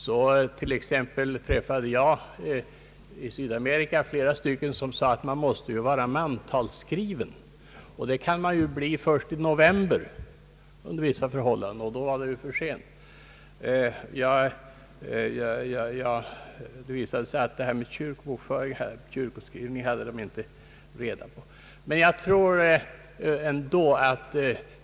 Så t.ex. träffade jag i Sydamerika flera stycken som utgick från att de måste vara mantalsskrivna i Sverige, vilket under rådande förhållande kunde ske först i november, och då var det ju för sent. Det visade sig att de inte kände till den här möjligheten att få rösträtt genom att vara kyrkobokförda i Sverige.